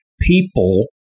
People